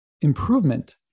improvement